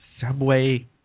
subway